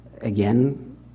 again